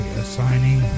assigning